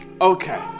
Okay